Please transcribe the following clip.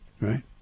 Right